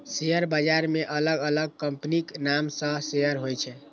share बाजार मे अलग अलग कंपनीक नाम सं शेयर होइ छै